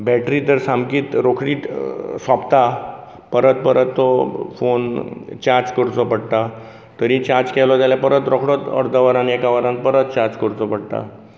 battery तर सामकींछ रोखडीच सोंपता परत परत तो फोन चार्ज करचो पडटा तरी चार्ज केलो जाल्या परत रोखडोछ अर्द्या वरान एका वरान परत चार्ज करचो पडटा